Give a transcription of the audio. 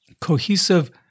cohesive